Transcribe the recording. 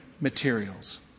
materials